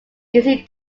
easy